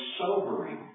sobering